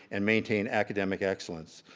and maintain academic excellence.